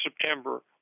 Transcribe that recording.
September